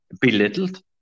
belittled